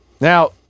Now